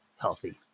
healthy